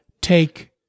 take